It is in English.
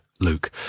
Luke